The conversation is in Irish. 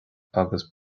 agus